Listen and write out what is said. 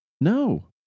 No